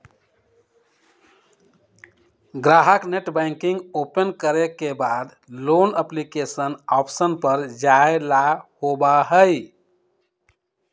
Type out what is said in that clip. ग्राहक net banking open करे के बाद लोन एप्लीकेशन ऑप्शन पर जाय ला होबा हई